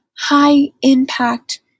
high-impact